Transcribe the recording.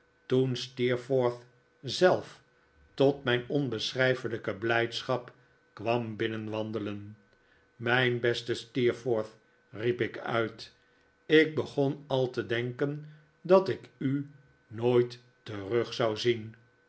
toen steerforth zelf tot mijn onbeschrijfelijke blijdschap kwam binnenwandelen mijn beste steerforth riep ik uit ik begon al te denken dat ik u nooit terug zou zien